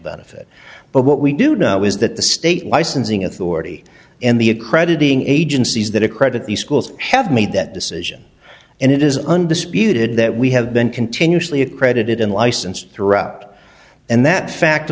benefit but what we do know is that the state licensing authority and the accrediting agencies that accredit the schools have made that decision and it is undisputed that we have been continuously accredited unlicensed throughout and that fact